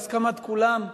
בהסכמת כולם,